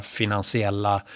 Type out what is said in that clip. finansiella